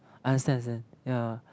understand understand yeah